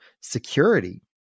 security